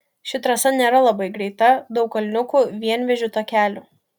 ši trasa nėra labai greita daug kalniukų vienvėžių takelių